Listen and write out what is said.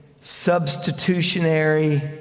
substitutionary